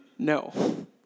No